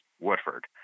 woodford